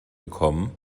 bekommen